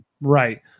Right